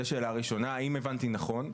זאת שאלה ראשונה, האם הבנתי נכון.